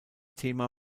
thema